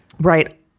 right